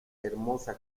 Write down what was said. hermosa